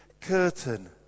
curtain